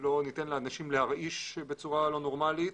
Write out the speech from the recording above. לא ניתן לאנשים להרעיש בצורה לא נורמלית,